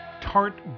tart